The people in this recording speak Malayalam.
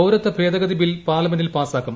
പൌരത്വ ഭേദഗതി ബിൽ പാർലമെന്റിൽ പാസാക്കും